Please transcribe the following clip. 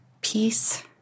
peace